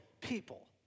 people